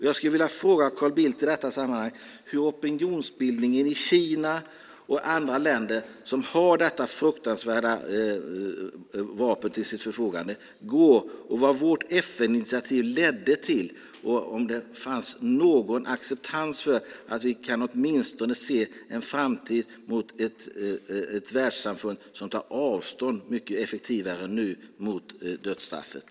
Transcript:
Jag skulle vilja fråga Carl Bildt i detta sammanhang hur opinionsbildningen i Kina och andra länder som har detta fruktansvärda vapen till sitt förfogande går och vad vårt FN-initiativ ledde till. Fanns det någon acceptans för det så att vi åtminstone i en framtid kan se ett världssamfund som mycket effektivare än nu tar avstånd från dödsstraffet?